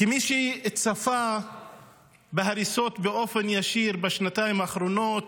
כמי שצפה בהריסות באופן ישיר בשנתיים האחרונות,